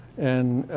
and.